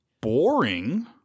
boring